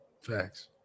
Facts